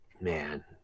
Man